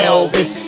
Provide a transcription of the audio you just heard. Elvis